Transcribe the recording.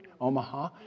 Omaha